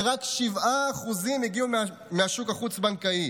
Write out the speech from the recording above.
ורק 7% הגיעו מהשוק החוץ-בנקאי.